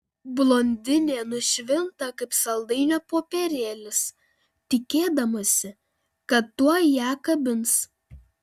blondinė nušvinta kaip saldainio popierėlis tikėdamasi kad tuoj ją kabins